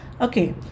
Okay